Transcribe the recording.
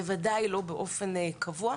בוודאי לא באופן קבוע.